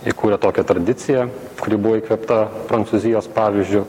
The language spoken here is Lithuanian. įkūrė tokią tradiciją kuri buvo įkvėpta prancūzijos pavyzdžiu